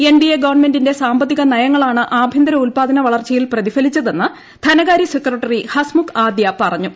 NDA ഗവൺമെന്റിന്റെ സാമ്പത്തിക നയങ്ങളാണ് ആഭ്യന്തര ഇല്പാദന വളർച്ചയിൽ പ്രതിഫലിച്ചതെന്ന് ധനകാര്യ സെക്രട്ടറി ഹസ്മുഖ് ആദ്യ പറഞ്ഞു